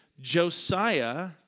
Josiah